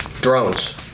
Drones